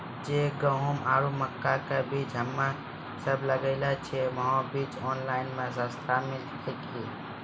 जे गेहूँ आरु मक्का के बीज हमे सब लगावे छिये वहा बीज ऑनलाइन मे सस्ता मिलते की?